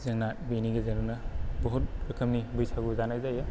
जोंना बेनि गेजेरावनो बुहुथ रोखोमनि बैसागु जानाय जायो